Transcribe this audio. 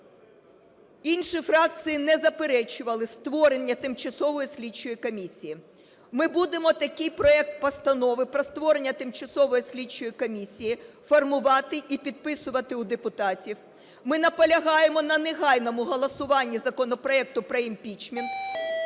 інші фракції не заперечували створення тимчасової слідчої комісії. Ми будемо такий проект постанови, про створення тимчасової слідчої комісії, формувати і підписувати у депутатів. Ми наполягаємо на негайному голосуванні законопроекту про імпічмент.